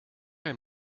ein